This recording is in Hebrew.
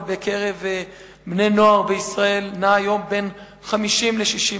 בקרב בני-נוער בישראל נע היום בין 50% ל-60%.